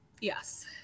Yes